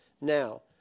Now